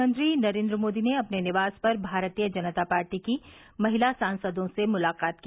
प्रधानमंत्री नरेन्द्र मोदी ने अपने निवास पर भारतीय जनता पार्टी की महिला सांसदों से मुलाकात की